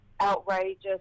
outrageous